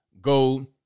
go